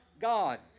God